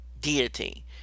deity